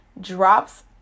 drops